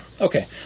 okay